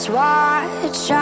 watch